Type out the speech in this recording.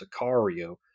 Sicario